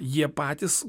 jie patys